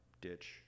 ditch